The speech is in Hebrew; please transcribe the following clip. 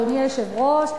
אדוני היושב-ראש,